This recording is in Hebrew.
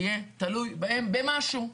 יהיה תלוי בהם במשהו.